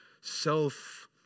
self